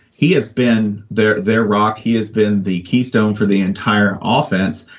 he has been there, their rock. he has been the keystone for the entire ah offense.